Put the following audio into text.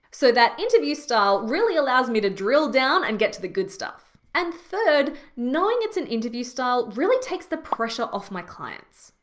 so that interview style really allows me to drill down and get to the good stuff. and third, knowing it's an interview style really takes the pressure off my clients.